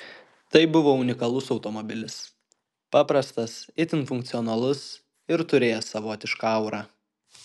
tai buvo unikalus automobilis paprastas itin funkcionalus ir turėjęs savotišką aurą